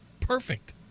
perfect